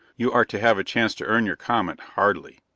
you are to have a chance to earn your comet hardly.